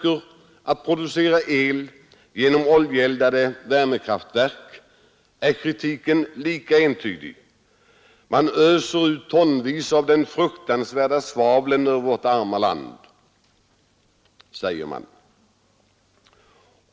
Elproduktion genom oljeeldade värmekraftverk möts av lika entydig kritik. Man öser ut tonvis av det fruktansvärda svavlet över vårt arma land, heter det då.